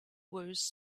worse